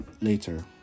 later